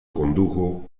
condujo